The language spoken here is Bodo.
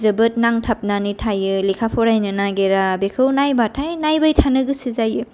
जोबोर नांथाबनानै थायो लेखा फरायनो नागेरा बेखौ नायबाथाय नायबायथानो गोसो जायो